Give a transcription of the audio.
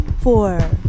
four